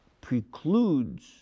precludes